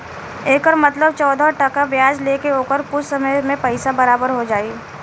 एकर मतलब चौदह टका ब्याज ले के ओकर कुछ समय मे पइसा बराबर हो जाई